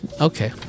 Okay